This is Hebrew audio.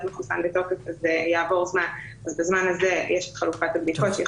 מחוסן בתוקף יעבור זמן ובזמן הזה יש את חלופת הבדיקות שבעינינו היא